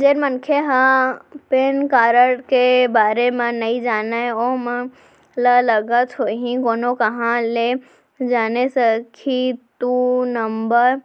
जेन मनखे मन ह पेन कारड के बारे म नइ जानय ओमन ल लगत होही कोनो काँहा ले जाने सकही दू नंबर